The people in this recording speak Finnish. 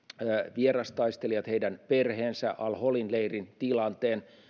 vierastaistelijat heidän perheensä al holin leirin tilanteen